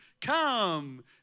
Come